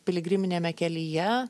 piligriminiame kelyje